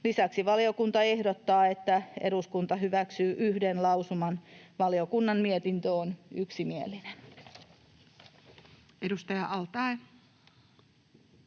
Lisäksi valiokunta ehdottaa, että eduskunta hyväksyy yhden lausuman. Valiokunnan mietintö on yksimielinen. [Speech 180]